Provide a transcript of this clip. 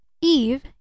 eve